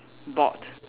board